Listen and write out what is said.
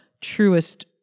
truest